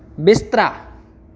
बिस्तरा